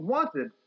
Wanted